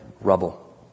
rubble